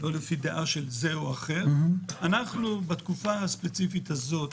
אנחנו בתקופה הספציפית הזאת,